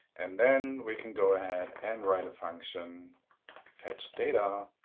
and then we can go ahead and write a function fetchdata,